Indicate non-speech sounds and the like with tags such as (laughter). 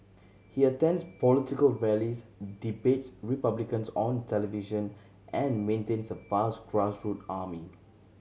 he attends political rallies debates Republicans on television and maintains a vast (unintelligible) army